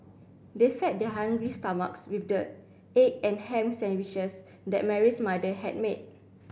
they fed their hungry stomachs with the egg and ham sandwiches that Mary's mother had made